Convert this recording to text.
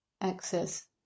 access